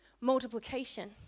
multiplication